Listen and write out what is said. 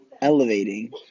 elevating